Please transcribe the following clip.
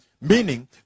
Meaning